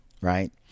Right